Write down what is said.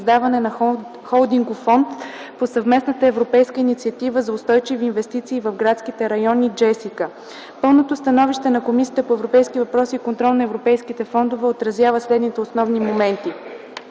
на Холдингов фонд по Съвместната европейска инициатива за устойчиви инвестиции в градските райони (JESSICA). Пълното становище на Комисията по европейските въпроси и контрол на европейските фондове отразява следните основни моменти: